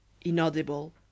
inaudible